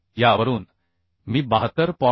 तर यावरून मी 72